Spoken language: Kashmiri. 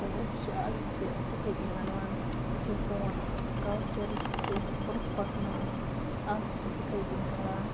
تہٕ أسۍ چھِ اَز تہِ تِتھَے کٔنۍ وَنوان یہِ چھِ سون کَلچَرٕکۍ یِم چھِ أسۍ بروںٛہہ پَکناوُن اَز تہِ چھِ أسۍ تِتھَے کٔنۍ کَران